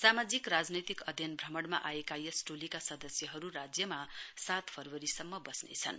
सामाजिक राजनैतिक अध्ययन भ्रमणमा आएका यस टोलीका सदस्यहरू राज्यमा सात फरवरीसम्म बस्नेछन्